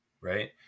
right